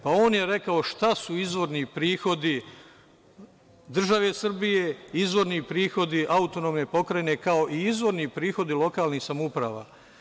Pa, on je rekao šta su izvorni prihodi države Srbije, izvori prihodi autonomne pokrajine, kao i izvorni prihodi lokalnih samouprava.